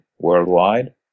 worldwide